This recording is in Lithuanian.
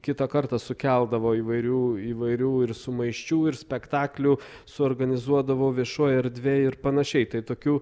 kitą kartą sukeldavo įvairių įvairių ir sumaiščių ir spektaklių suorganizuodavo viešoj erdvėj ir panašiai tai tokių